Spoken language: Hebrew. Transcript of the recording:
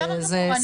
בסדר גמור,